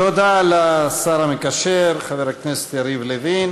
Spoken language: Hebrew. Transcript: תודה לשר המקשר חבר הכנסת יריב לוין.